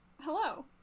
Hello